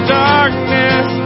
darkness